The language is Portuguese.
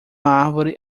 árvore